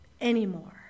anymore